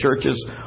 churches